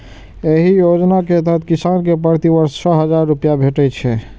एहि योजना के तहत किसान कें प्रति वर्ष छह हजार रुपैया भेटै छै